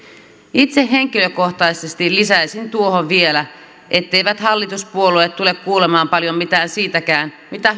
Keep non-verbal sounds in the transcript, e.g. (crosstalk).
itse henkilökohtaisesti lisäisin tuohon vielä etteivät hallituspuolueet tule kuulemaan paljon mitään siitäkään mitä (unintelligible)